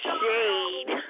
shade